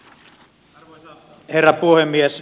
arvoisa herra puhemies